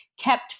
kept